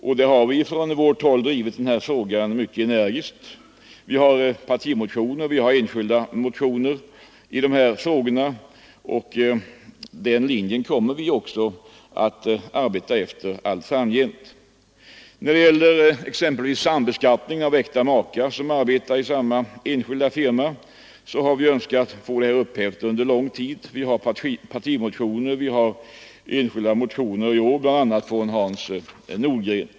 Vi har från vårt håll drivit den frågan mycket energiskt i partimotioner och i enskilda motioner. Den linjen kommer vi också att arbeta efter allt framgent. Sambeskattningen av äkta makar som arbetar i samma enskilda firma har vi önskat få upphävd sedan lång tid tillbaka. Vi har partimotioner och enskilda motioner i år, bl.a. från Hans Nordgren.